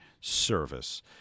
service